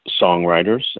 songwriters